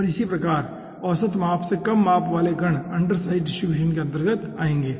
और इस प्रकार औसत माप से कम माप वाले कण अंडरसाइज डिस्ट्रीब्यूशन के अंतर्गत आएंगे